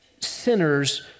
sinners